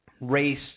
race